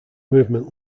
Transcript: movement